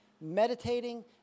meditating